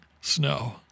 snow